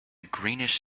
greenish